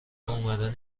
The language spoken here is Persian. اومدن